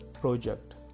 project